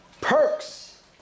perks